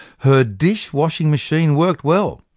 her dish-washing machine worked well,